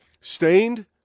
stained